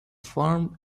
farm